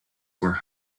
were